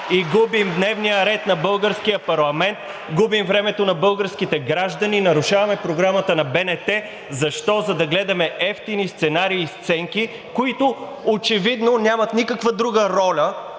и губим дневния ред на българския парламент, губим времето на българските граждани и нарушаваме програмата на БНТ. Защо? За да гледаме евтини сценарии и сценки, които очевидно нямат никаква друга роля